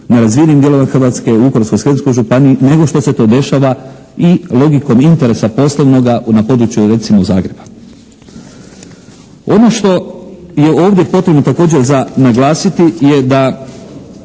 nerazvijenim dijelovima Hrvatske, u Vukovarsko-srijemskoj županiji nego što se to dešava i logikom interesa poslovnoga na području, recimo, Zagreba. Ono što je ovdje potrebno, također, za naglasiti je da